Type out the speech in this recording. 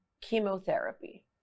chemotherapy